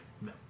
No